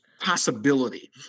possibility